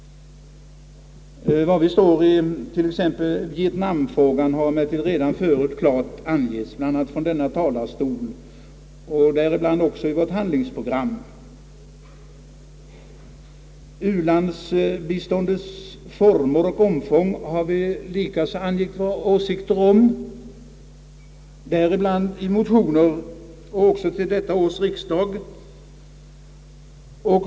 Var vi står t.ex. i Vietnamfrågan har emellertid redan förut klart angetts från denna talarstol, och även i handlingsprogrammet. Vi har också angett våra åsikter om u-landsstödets former och omfång, bl.a. i motioner även till detta års riksdag.